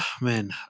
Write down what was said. Man